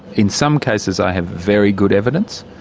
in some cases i have very good evidence,